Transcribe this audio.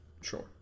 Sure